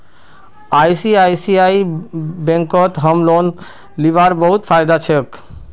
ICICI बैंकत home loan लीबार बहुत फायदा छोक